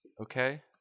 okay